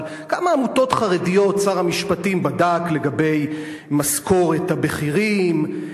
אבל כמה עמותות חרדיות שר המשפטים בדק לגבי משכורת הבכירים.